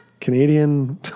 Canadian